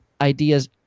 ideas